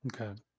Okay